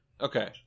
Okay